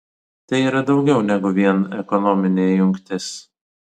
tai yra daugiau negu vien ekonominė jungtis